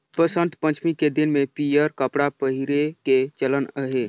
बसंत पंचमी के दिन में पीयंर कपड़ा पहिरे के चलन अहे